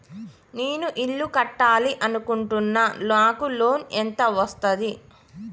నేను ఇల్లు కట్టాలి అనుకుంటున్నా? నాకు లోన్ ఎంత వస్తది?